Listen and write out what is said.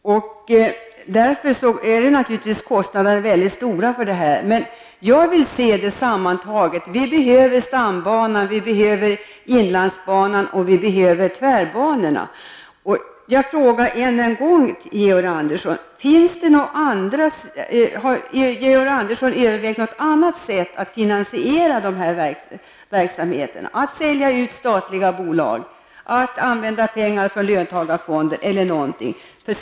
Därför är naturligtvis kostnaderna för en upprusting väldigt stora. Jag vill säga detta sammantaget: Vi behöver stambanan, vi behöver inlandsbanan och vi behöver tvärbanorna. Jag frågar än en gång: Har Georg Andersson övervägt något annat sätt att finansiera de här verksamheterna -- att sälja ut statliga bolag, att använda pengarna från löntagarfonderna eller någonting annat?